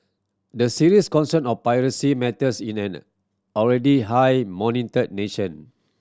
the serious concern of privacy matters in an already high monitored nation